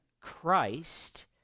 Christ